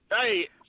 Hey